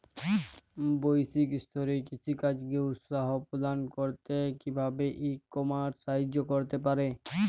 বৈষয়িক স্তরে কৃষিকাজকে উৎসাহ প্রদান করতে কিভাবে ই কমার্স সাহায্য করতে পারে?